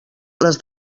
les